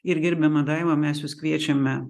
ir gerbiama daiva mes jus kviečiame